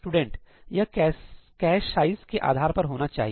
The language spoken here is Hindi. स्टूडेंट यह कैश साइज के आधार पर होना चाहिए